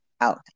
out